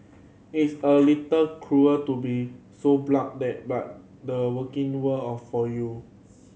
it's a little cruel to be so blunt that but the working world all for you